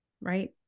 right